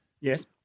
Yes